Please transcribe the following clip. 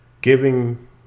giving